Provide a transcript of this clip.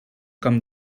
com